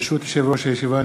ברשות יושב-ראש הישיבה,